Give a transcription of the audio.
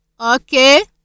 Okay